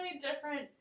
different